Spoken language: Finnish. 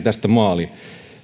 tästä maaliin